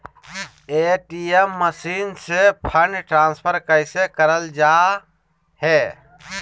ATM machine से fund transfer कैसे करल जा है?